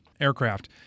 aircraft